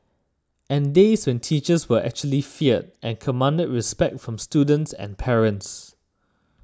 and days when teachers were actually feared and commanded respect from students and parents